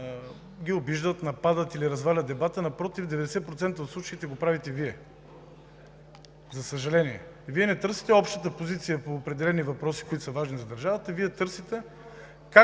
ги обиждат, нападат или развалят дебата. Напротив, в 90% от случаите го правите Вие. За съжаление. Вие не търсите общата позиция по определени въпроси, които са важни за държавата, Вие търсите как